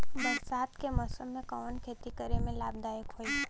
बरसात के मौसम में कवन खेती करे में लाभदायक होयी?